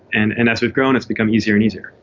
and and as we've grown it's become easier and easier.